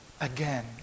again